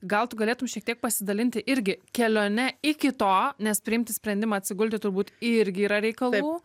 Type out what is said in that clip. gal tu galėtum šiek tiek pasidalinti irgi kelione iki to nes priimti sprendimą atsigulti turbūt irgi yra reikalų